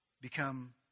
become